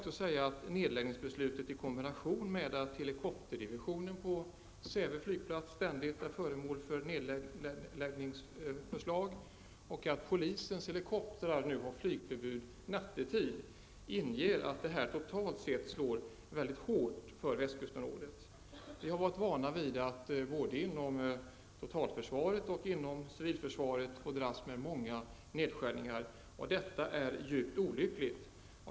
Säve flygplats liksom att polisens helikoptrar nu har flygförbud nattetid, slår mycket hårt i västkustområdet. Vi har varit vana vid att både inom totalförsvaret och inom civilförsvaret få dras med många nedskärningar, och detta är djupt olyckligt.